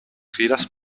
giras